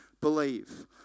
believe